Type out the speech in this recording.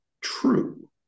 true